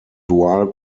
dual